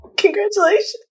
congratulations